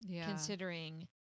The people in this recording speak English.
considering